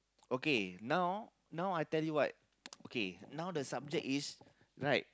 okay now now I tell you what okay now the subject is right